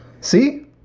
See